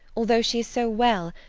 although she is so well,